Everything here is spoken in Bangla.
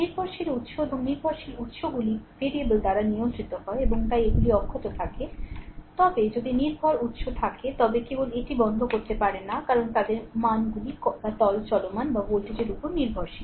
নির্ভরশীল উত্স এবং নির্ভরশীল উত্সগুলি ভেরিয়েবল দ্বারা নিয়ন্ত্রিত হয় এবং তাই এগুলি অক্ষত থাকে তবে যদি নির্ভর উত্স থাকে তবে কেবল এটি বন্ধ করতে পারে না কারণ তাদের মানগুলি কল বা তল চলমান বা ভোল্টেজের উপর নির্ভরশীল